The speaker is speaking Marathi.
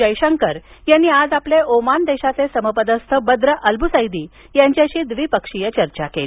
जयशंकर यांनी आज आपले ओमान देशाचे समपदस्थ बद्र अल्बुसैदी यांच्याशी द्विपक्षीय चर्चा केली